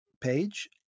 page